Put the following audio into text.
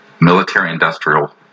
military-industrial